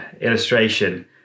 illustration